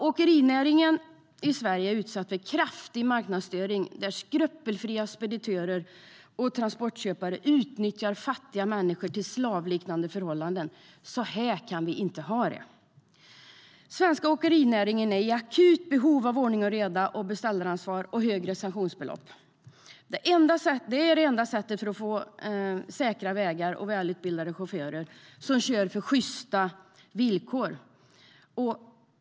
Åkerinäringen i Sverige är utsatt för kraftig marknadsstörning. Skrupelfria speditörer och transportköpare utnyttjar fattiga människor under slavliknande förhållanden. Så här kan vi inte ha det. Den svenska åkerinäringen är i akut behov av ordning och reda, beställaransvar och högre sanktionsbelopp. Det är det enda sättet att få säkra vägar och välutbildade chaufförer som kör till sjysta villkor.